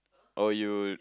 oh you